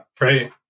right